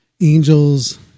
Angels